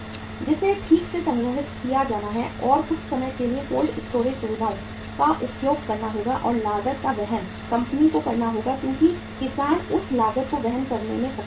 जिसे ठीक से संग्रहित किया जाना है और कुछ समय के लिए कोल्ड स्टोरेज सुविधाओं का उपयोग करना होगा और लागत का वहन कंपनी को करना होगा क्योंकि किसान उस लागत को वहन करने में सक्षम नहीं है